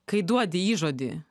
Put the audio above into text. kai duodi įžodį